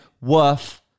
worth